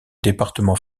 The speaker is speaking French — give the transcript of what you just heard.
département